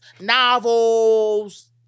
Novels